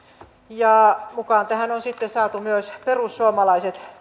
ja mukaan tähän leikkaukseen on saatu myös perussuomalaiset